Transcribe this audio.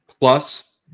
plus